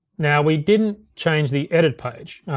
now we didn't change the edit page.